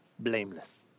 blameless